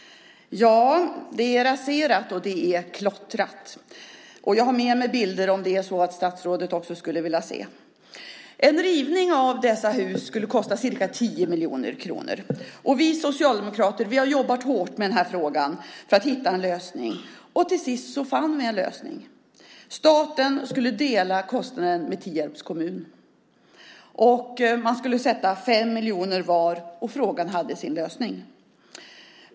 Det är raserat och nedklottrat. Jag har med mig bilder om det är så att statsrådet också skulle vilja se. En rivning av dessa hus skulle kosta ca 10 miljoner kronor. Vi socialdemokrater har jobbat hårt med den här frågan för att hitta en lösning, och till sist fann vi en lösning. Staten skulle dela kostnaden med Tierps kommun. Man skulle sätta in 5 miljoner kronor var och frågan hade sin lösning.